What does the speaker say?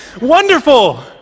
Wonderful